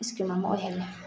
scheme ꯑꯃ ꯑꯣꯏꯍꯜꯂꯦ